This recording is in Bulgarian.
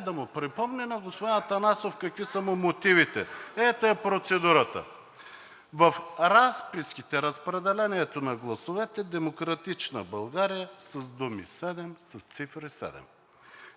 да му припомним на господин Атанасов какви са му мотивите. Ето я процедурата – в разписките разпределението на гласовете „Демократична България“ с думи „седем“, с цифри „7“.